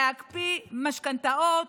להקפיא משכנתאות,